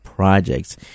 Projects